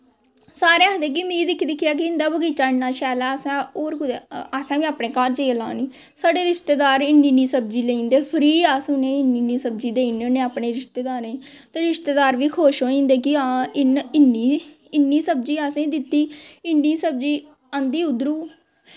सारे आखदे कि मीं दिक्खी दिक्खियै कि इंदा बगीचा इन्ना शैल ऐ असें होर असैं बी अपनै घर जाइयै लानी साढ़े रिश्तेदार इन्नी इन्नी सब्जी लेई जंदे फ्री अस उनेंई इन्नी इन्नी सब्जी देई ओड़ने होन्ने अपने रिश्तेदारें ते रिश्तेदार बी खुश होई जंदे कि हां इन्नी सब्जी असेंई दित्ती इन्नी सब्जी आंदी उध्दरूं